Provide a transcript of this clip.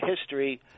history